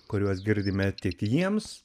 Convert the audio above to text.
kuriuos girdime tik jiems